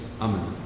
Amen